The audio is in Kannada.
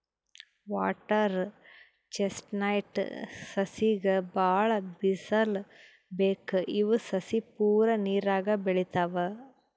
ವಾಟರ್ ಚೆಸ್ಟ್ನಟ್ ಸಸಿಗ್ ಭಾಳ್ ಬಿಸಲ್ ಬೇಕ್ ಇವ್ ಸಸಿ ಪೂರಾ ನೀರಾಗೆ ಬೆಳಿತಾವ್